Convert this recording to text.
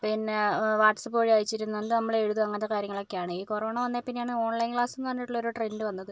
പിന്നെ വാട്സ്ആപ്പ് വഴി അയച്ചു തരും നമ്മൾ എഴുതും അങ്ങനത്തെ കാര്യങ്ങളൊക്കെയാണ് ഈ കൊറോണ വന്നേ പിന്നെയാണ് ഓൺലൈൻ ക്ലാസെന്ന് പറഞ്ഞിട്ടുള്ളൊരു ട്രെൻഡ് വന്നത്